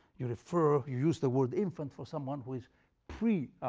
you refer you use the word infant for someone who is pre,